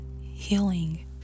healing